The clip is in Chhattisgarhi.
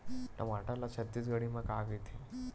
टमाटर ला छत्तीसगढ़ी मा का कइथे?